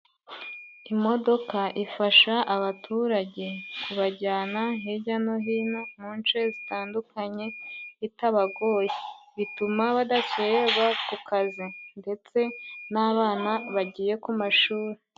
Imodoka ifasha abaturage ku bajyana hirya no hino mu nce zitandukanye bitabagoye, bituma badakererwa ku kazi ndetse n'abana bagiye ku mashuri.